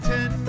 Ten